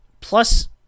Plus